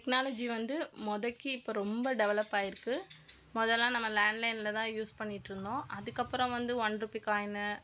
technology வந்து முதக்கி இப்போ ரொம்ப டெவலப் ஆகியிருக்கு மொதலல்லாம் நம்ம லாண்ட்லைனில் தான் யூஸ் பண்ணிட்டு இருந்தோம் அதுக்கு அப்பறம் வந்து ஒன் ருபி காயினு